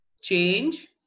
change